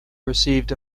received